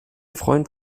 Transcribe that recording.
freund